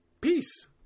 Peace